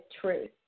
truth